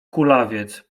kulawiec